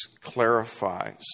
clarifies